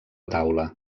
taula